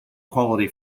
quality